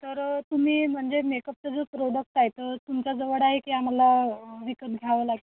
तर तुम्ही म्हणजे मेकअपचं जो प्रोडक्ट आहे त तुमच्याजवळ आहे की आम्हाला विकत घ्यावं लागतं